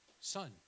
son